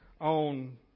on